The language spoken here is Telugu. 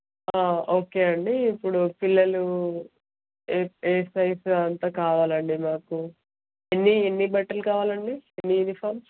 ఓకే అండి ఇప్పుడు పిల్లలు ఏ ఏ సైజ్ ఎంత కావాలండి మాకు ఎన్ని ఎన్ని బట్టలు కావాలండి ఎన్ని యూనిఫామ్స్